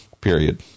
period